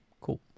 cool